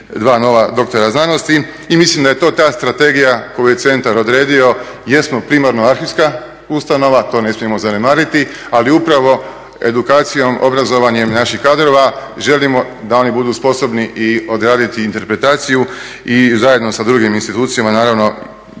2 nova doktora znanosti i mislim da je to ta strategija koju je centar odredio. Jesmo primarno arhivska ustanova, to ne smijemo zanemariti, ali upravo edukacijom, obrazovanjem naših kadrova želimo da oni budu sposobni i odraditi interpretaciju i zajedno sa drugim institucijama naravno